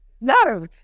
no